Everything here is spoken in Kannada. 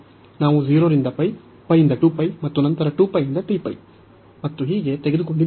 ನಾವು 0 ರಿಂದ π π ರಿಂದ 2π ಮತ್ತು ನಂತರ 2π ರಿಂದ 3π ಮತ್ತು ಹೀಗೆ ತೆಗೆದುಕೊಂಡಿದ್ದೇವೆ